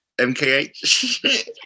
MKH